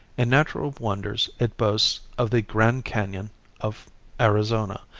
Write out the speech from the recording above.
in natural wonders it boasts of the grand canon of arizona,